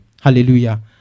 Hallelujah